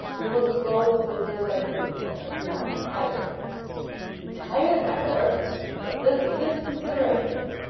we will dispose of business as usual, if you're not too tired too tired, my lord but this is his consideration!